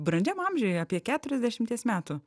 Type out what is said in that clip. brandžiam amžiuj apie keturiasdešimties metų